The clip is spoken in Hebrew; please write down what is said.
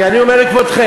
כי אני אומר לכבודכם,